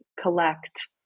collect